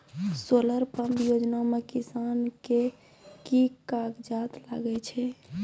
Solar pump योजना म किसान के की कागजात लागै छै?